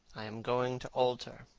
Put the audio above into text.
i am going to alter.